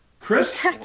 Chris